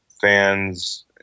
fans